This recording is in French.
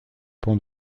pans